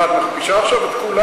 מה, את מכפישה עכשיו את כולם?